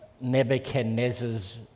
Nebuchadnezzar's